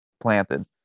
planted